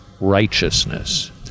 righteousness